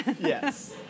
Yes